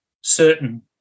certain